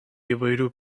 įvairių